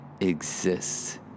exists